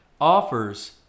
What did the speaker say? offers